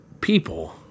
people